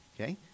okay